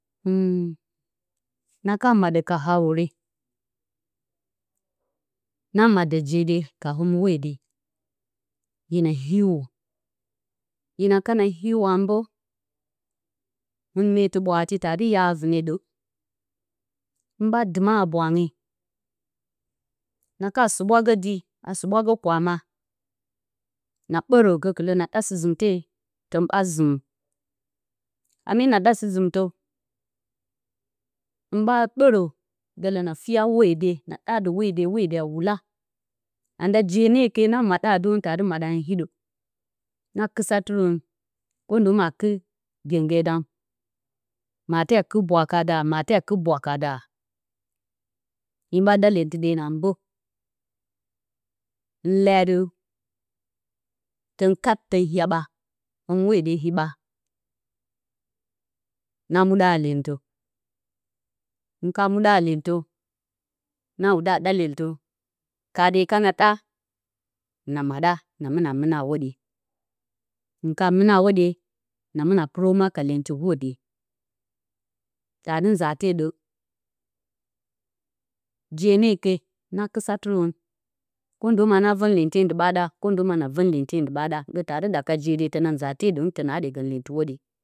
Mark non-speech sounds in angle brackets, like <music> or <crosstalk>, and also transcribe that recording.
<noise> na ka maɗǝ ka hawure, na maddǝ je e, ka hǝmɨ hwode, hina hiwo. Hin kana hiwo a mbǝ, hɨn meetɨ ɓwaarati taa dɨ yara a vɨne ɗǝng. Hɨn ɓa dɨma a habwaange, na ka suɓwa gǝ dii a suɓwa gǝ kwaama, na ɓǝrǝ gǝ na ɗa sɨ-zɨmte tǝn ɓa zɨmǝ. <unintelligible> na ɗa sɨ-zɨmtǝ, hɨn ɓa ɓǝrǝ gǝ na fiya hwode. na ɗadǝ hwode, hwode a wula. Anda je ne ke, na maɗa dǝrǝn taa dɨ maɗa hɨn hiɗǝ, na kɨsa tɨrǝn <unintelligible> ndoma a kɨr gyengge dan. Mate a kɨr bwaaka darǝ, mate a kɨr bwaaka darǝ. Hin ɓa ɗa lyentɨ denǝ a mbǝ. Hɨn leyo atɨ. tǝn kat tǝn yaɓa, hǝmɨ hwode yiɓa. na muɗǝ haa lyentǝ. Hɨn ka muɗǝ a lyentǝ, na wudǝ a ɗa lyentǝ, kaade kana ɗa, na maɗa, na mɨna a hwoɗye. hɨn ka mɨna a hwoɗye, na mɨna pɨrǝ umwa ka lyentɨ hwode. Taa dɨ nza te ɗǝng. Je ne ke, na kɨsa tɨrǝn <unintelligible> ndo ma na vǝn lyente ndi ɓa ɗa. <unintelligible> ndo ma na vǝn lyente ndi ɓa ɗa gǝ taa dɨ ɗaka je de tǝna nza te ɗǝng tǝnaa ɗyegǝn lyentɨ hwoɗye.